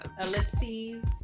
ellipses